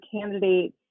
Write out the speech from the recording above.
candidate